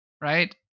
right